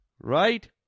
Right